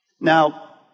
Now